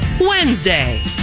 Wednesday